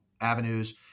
avenues